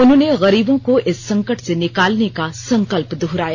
उन्होंने गरीबों को इस संकट से निकालने का संकल्प दोहराया